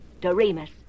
Doremus